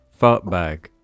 Fartbag